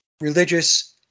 religious